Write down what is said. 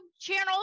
channel